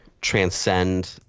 transcend